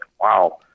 wow